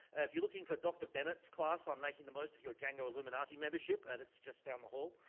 if you're looking for dr. bennett's class on making the most of your django illuminati membership, and that's just down the hall.